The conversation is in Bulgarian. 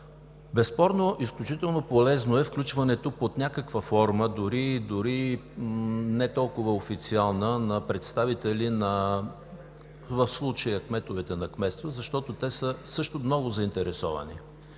Безспорно, изключително полезно е включването под някаква форма, дори не толкова официална, на представители – в случая кметовете на кметства, защото те също са много заинтересовани.